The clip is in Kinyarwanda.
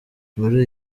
muri